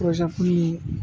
फरायसाफोरनि